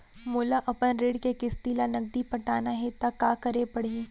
मोला अपन ऋण के किसती ला नगदी पटाना हे ता का करे पड़ही?